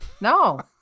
No